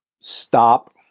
stop